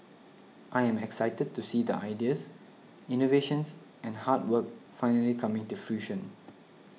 I am excited to see the ideas innovations and hard work finally coming to fruition